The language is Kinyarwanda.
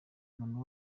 umuntu